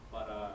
para